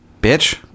bitch